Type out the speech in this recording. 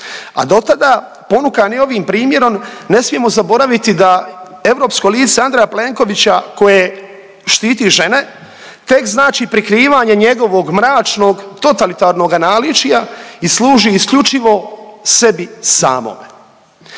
A dotada ponukani ovim primjerom ne smijemo zaboraviti da europsko lice Andreja Plenkovića koje štiti žene tek znači prikrivanje njegovog mračnog totalitarnoga naličja i služi isključivo sebi samome.